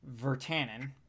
Vertanen